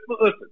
Listen